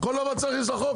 הכול אבל צריך להכניס לחוק?